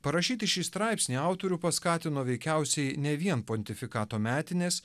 parašyti šį straipsnį autorių paskatino veikiausiai ne vien pontifikato metinės